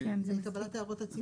לקבלת הערות הציבור?